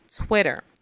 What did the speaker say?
Twitter